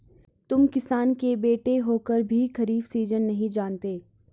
तुम किसान के बेटे होकर भी खरीफ सीजन भी नहीं जानते